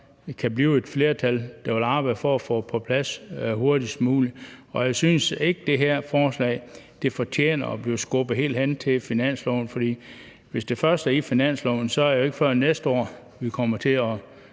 der kan blive et flertal, der vil arbejde for at få det på plads hurtigst muligt. Jeg synes ikke, det her forslag fortjener at blive skubbet helt hen til finanslovsforhandlingerne, for hvis det først er i forbindelse med finansloven, så er det sandsynligvis ikke før næste år, vi kommer til at